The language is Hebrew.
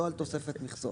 לא על תוספת מכסות.